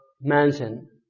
mansion